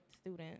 student